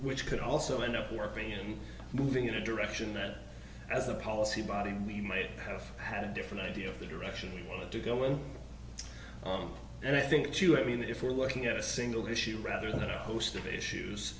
which could also end up working in moving in a direction that as a policy body we might have had a different idea of the direction we want to go with and i think it's you i mean if we're looking at a single issue rather than a host of issues